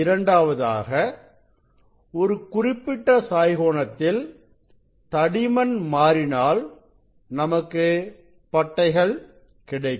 இரண்டாவதாக ஒரு குறிப்பிட்ட சாய் கோணத்தில் தடிமன் மாறினால் நமக்கு பட்டைகள் கிடைக்கும்